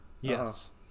Yes